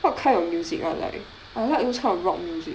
what kind of music I like I like those kind of rock music